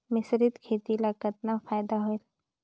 मिश्रीत खेती ल कतना फायदा होयल?